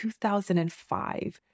2005